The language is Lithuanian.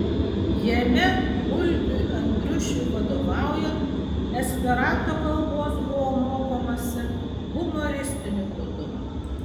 jame pulgiui andriušiui vadovaujant esperanto kalbos buvo mokomasi humoristiniu būdu